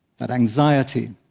that anxiety,